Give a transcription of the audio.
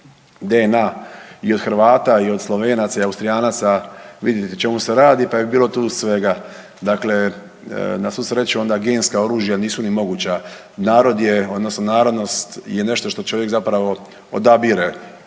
DNA i od Hrvata i od Slovenaca i Austrijanaca vidjeti o čemu se radi, pa je bilo tu svega. Dakle, na svu sreću onda genska oružja nisu ni moguća. Narod je odnosno narodnost je nešto što čovjek zapravo odabire,